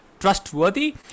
Trustworthy